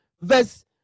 verse